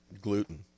gluten